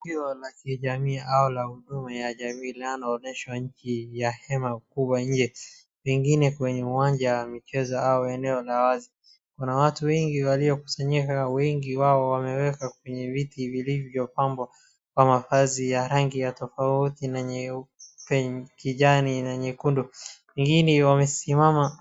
Tukio la kijamii au la huduma ya jamii linaloonyeshwa nje ya hema kubwa nje, pengine kwenye uwanja wa michezo au eneo la wazi. Kuna watu wengi waliuokusanyika wengi wao wameweka kwenye viti vilivyopambwa kwa mavazi ya rangi ya tofauti na nyeupe, kijani, na nyekundu. Wengine wamesimama.